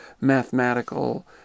mathematical